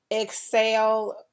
exhale